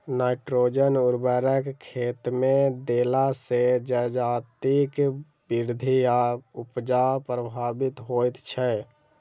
nitrogen उर्वरक खेतमे देला सॅ जजातिक वृद्धि आ उपजा प्रभावित होइत छै